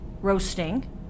roasting